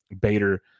Bader